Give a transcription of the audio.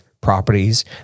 properties